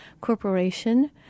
corporation